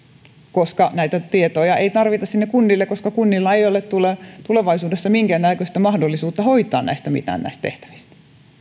koska näitä tietoja ei tarvita sinne kunnille koska kunnilla ei ole tulevaisuudessa minkäännäköistä mahdollisuutta hoitaa mitään näistä tehtävistä